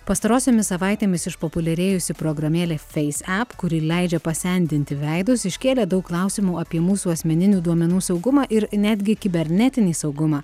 pastarosiomis savaitėmis išpopuliarėjusi programėlė feis ep kuri leidžia pasendinti veidus iškėlė daug klausimų apie mūsų asmeninių duomenų saugumą ir netgi kibernetinį saugumą